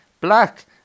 Black